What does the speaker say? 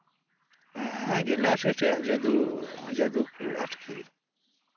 gallery ᱨᱮᱭᱟᱜ ᱡᱟᱹᱫᱩ ᱡᱟᱹᱫᱩ ᱠᱚ ᱟᱨᱠᱤ